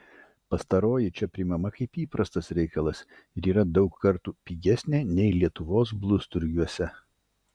pastaroji čia priimama kaip įprastas reikalas ir yra daug kartų pigesnė nei lietuvos blusturgiuose